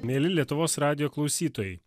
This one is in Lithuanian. mieli lietuvos radijo klausytojai